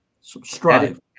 Strive